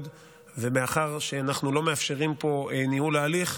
ומאחר שאנחנו לא מאפשרים פה ניהול הליך,